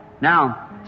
Now